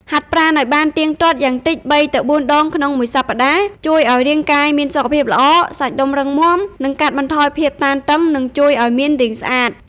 ហាត់ប្រាណអោយបានទៀងទាត់ យ៉ាងតិច ៣ ទៅ ៤ ដងក្នុងមួយសប្តាហ៍ ជួយឱ្យរាងកាយមានសុខភាពល្អ សាច់ដុំរឹងមាំ និងកាត់បន្ថយភាពតានតឹងនឹងជួយអោយមានរាងស្អាត ។